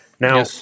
Now